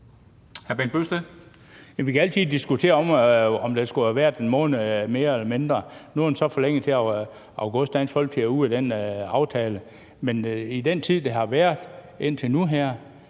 vi kan altid diskutere, om der skulle have været en måned mere eller mindre. Nu er den så forlænget til august, og Dansk Folkeparti er ude af den aftale. Men i den tid, den har været indtil nu her,